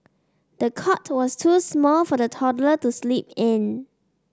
the cot was too small for the toddler to sleep in